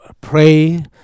pray